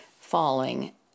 falling